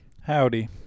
Howdy